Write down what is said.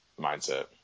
mindset